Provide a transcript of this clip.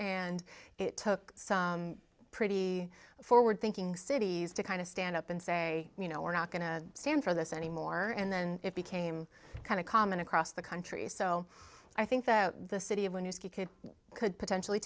and it took some pretty forward thinking cities to kind of stand up and say you know we're not going to stand for this anymore and then it became kind of common across the country so i think that the city of when you could potentially